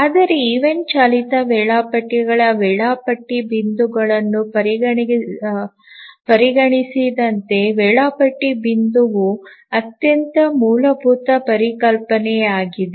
ಆದರೆ ಈವೆಂಟ್ ಚಾಲಿತ ವೇಳಾಪಟ್ಟಿಗಳ ವೇಳಾಪಟ್ಟಿ ಬಿಂದುಗಳನ್ನು ಪರಿಗಣಿಸಿದಂತೆ ವೇಳಾಪಟ್ಟಿ ಬಿಂದುವು ಅತ್ಯಂತ ಮೂಲಭೂತ ಪರಿಕಲ್ಪನೆಯಾಗಿದೆ